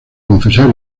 confesar